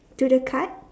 to the card